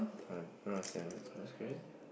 err don't understand what's what's the question